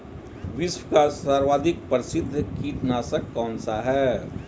विश्व का सर्वाधिक प्रसिद्ध कीटनाशक कौन सा है?